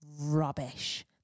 rubbish